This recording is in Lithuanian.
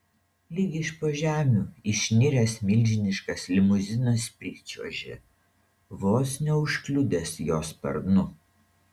lyg iš po žemių išniręs milžiniškas limuzinas pričiuožė vos neužkliudęs jo sparnu